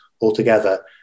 altogether